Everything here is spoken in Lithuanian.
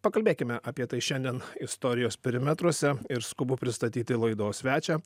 pakalbėkime apie tai šiandien istorijos perimetruose ir skubu pristatyti laidos svečią